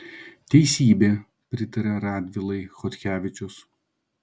teisybė pritaria radvilai chodkevičius